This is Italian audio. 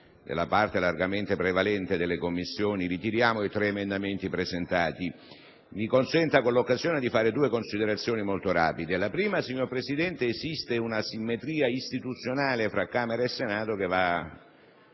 della parte largamente prevalente delle Commissioni, ritiriamo i tre emendamenti presentati. Mi consenta, con l'occasione, di fare delle considerazioni molto rapide. La prima, signor Presidente, è che esiste un'asimmetria istituzionale tra Camera e Senato che va